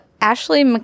Ashley